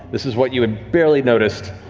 this is what you had barely noticed,